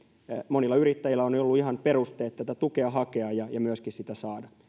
monilla yrittäjillä on ollut ihan perusteet tätä tukea hakea ja ja myöskin sitä saada